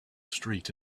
street